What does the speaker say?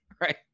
right